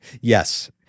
Yes